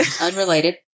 Unrelated